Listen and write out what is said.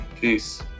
Peace